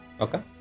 Okay